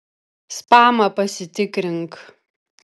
spamą pasitikrink